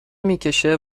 میکشه